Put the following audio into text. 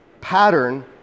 pattern